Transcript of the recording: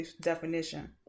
definition